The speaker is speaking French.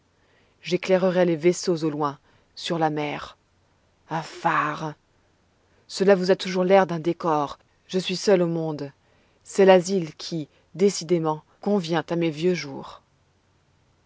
j'éclairerai les vaisseaux au loin sur la mer un phare cela vous a toujours l'air d'un décor je suis seul au monde c'est l'asile qui décidément convient à mes vieux jours